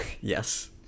Yes